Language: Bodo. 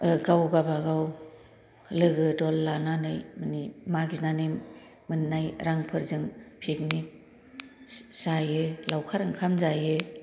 गाव गावबागाव लोगो दल लानानै मागिनानै मोननाय रां फोरजों फिगनिग जायो